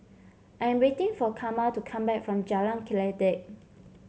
I am waiting for Karma to come back from Jalan Kledek